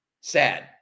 sad